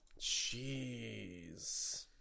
Jeez